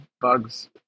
bugs